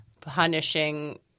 punishing